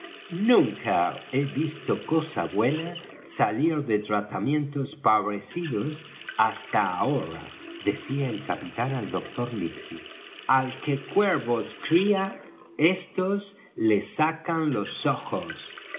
nunca he visto cosa buena salir de tratamientos parecidos hasta ahora decía el capitán al dr livesey al que cuervos cría éstos le sacan los ojos